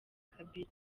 kabila